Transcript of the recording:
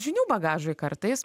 žinių bagažui kartais